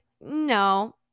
no